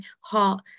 heart